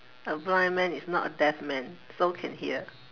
a blind man is not a deaf man so can hear